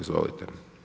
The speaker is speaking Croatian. Izvolite.